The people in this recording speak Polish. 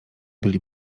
byli